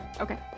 Okay